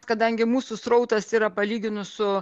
kadangi mūsų srautas yra palyginus su